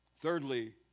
Thirdly